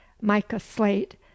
mica-slate